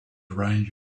range